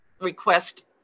request